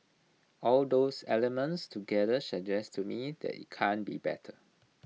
all those elements together suggest to me that IT can't be better